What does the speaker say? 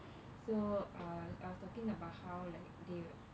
so uh I was talking about how they were